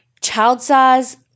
child-size